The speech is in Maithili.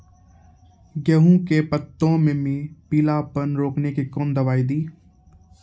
गेहूँ के पत्तों मे पीलापन रोकने के कौन दवाई दी?